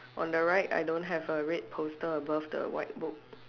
on the right I don't have a red poster above the white book